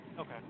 Okay